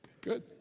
Good